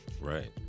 right